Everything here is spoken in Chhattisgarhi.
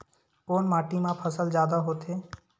कोन माटी मा फसल जादा होथे?